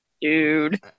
Dude